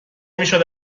میشد